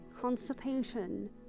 constipation